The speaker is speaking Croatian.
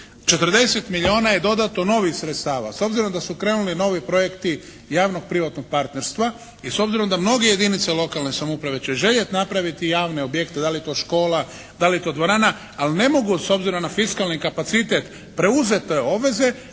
40 milijuna je dodatno novih sredstava, s obzirom da su krenuli novi projekti javnog privatnog partnerstva i s obzirom da mnoge jedinice lokalne samouprave će željeti napraviti javne objekte da li je to škola, da li je to dvorana, ali ne mogu s obzirom na fiskalni kapacitet preuzeti te obveze